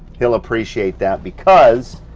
he'll appreciate that because,